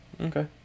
Okay